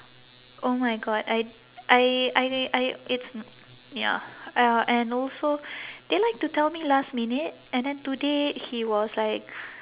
oh my god I I I I it's ya ya and also they like to tell me last minute and then today he was like